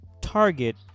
target